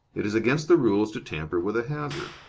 it is against the rules to tamper with a hazard.